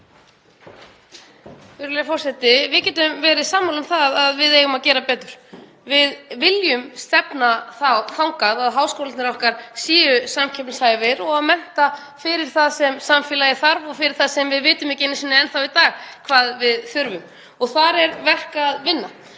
Virðulegur forseti. Við getum verið sammála um það að við eigum að gera betur. Við viljum stefna þangað að háskólarnir okkar séu samkeppnishæfir og að mennta fyrir það sem samfélagið þarf og fyrir það sem við vitum ekki einu sinni í dag að við munum þurfa og þar er verk að vinna.